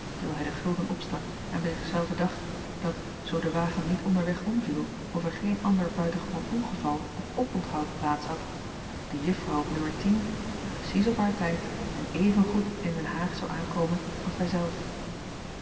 terwijl hij den gulden opstak en bij zich zelven dacht dat zoo de wagen niet onderweg omviel of er geen ander buitengewoon ongeval of oponthoud plaats had de uffrouw op nummer tien precies op haar tijd en evengoed in den aag zou aankomen als hij zelf